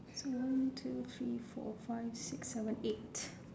one two three four five six seven eight